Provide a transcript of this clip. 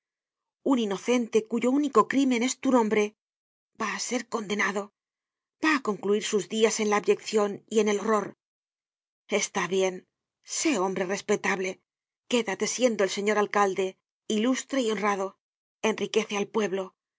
un inocente cuyo único crímen es tu nombre va á ser condenado va á concluir sus dias en la abyeccion y en el horror está bien sé hombre respetable quédate siendo señor alcalde ilustre y honrado enriquece al pueblo